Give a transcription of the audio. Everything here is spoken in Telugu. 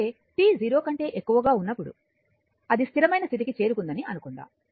అంటే t 0 కంటే ఎక్కువగా ఉన్నప్పుడు అది స్థిరమైన స్థితికి చేరుకుందని అనుకుందాం